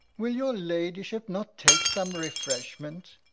will your ladyship not take some refreshment?